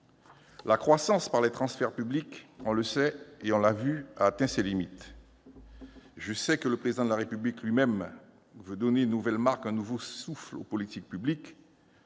La croissance par les transferts publics a atteint ses limites. Le Président de la République lui-même veut donner une nouvelle marque, un nouveau souffle aux politiques publiques.